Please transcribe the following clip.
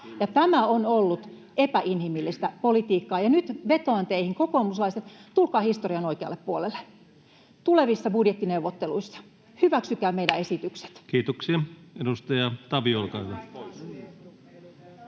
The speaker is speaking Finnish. tämä on ollut epäinhimillistä politiikkaa. Nyt vetoan teihin, kokoomuslaiset, tulkaa historian oikealle puolelle tulevissa budjettineuvotteluissa, hyväksykää meidän